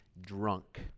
drunk